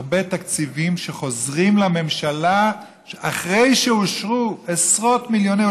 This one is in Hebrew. הרבה תקציבים שחוזרים לממשלה אחרי שאושרו עשרות מיליוני שקלים,